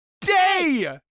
day